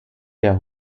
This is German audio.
der